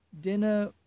Dinner